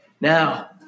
Now